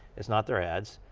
it's not their ads.